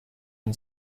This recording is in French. une